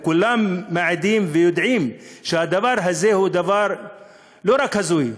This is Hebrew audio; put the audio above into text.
כולם מעידים ויודעים שהדבר הזה הוא דבר לא רק הזוי,